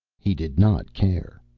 he did not care.